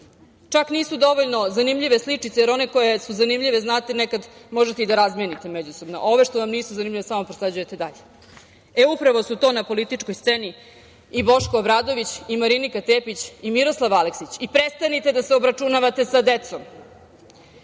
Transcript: itd. Čak nisu dovoljno zanimljive sličice, jer one koje su zanimljive, znate, nekada možete i da razmenite međusobno. Ove što vam nisu zanimljive, samo prosleđujete dalje. Upravo su to na političkoj sceni i Boško Obradović i Marinika Tepić i Miroslav Aleksić. Prestanite da se obračunavate sa decom.